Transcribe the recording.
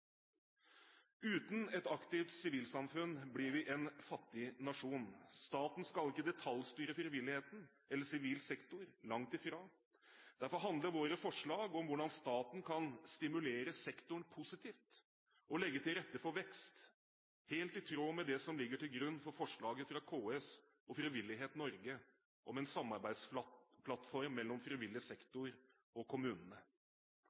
Uten et aktivt sivilsamfunn blir vi en fattig nasjon. Staten skal ikke detaljstyre frivilligheten eller sivil sektor, langt ifra. Derfor handler våre forslag om hvordan staten kan stimulere sektoren positivt og legge til rette for vekst, helt i tråd med det som ligger til grunn for forslaget fra KS og Frivillighet Norge om en samarbeidsplattform mellom frivillig sektor og kommunene.